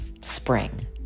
spring